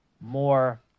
more